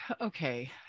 Okay